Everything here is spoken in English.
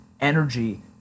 energy